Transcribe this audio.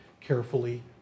carefully